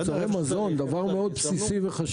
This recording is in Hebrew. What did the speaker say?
--- של מוצרי מזון במקורם זה דבר חשוב לצרכן,